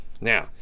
Now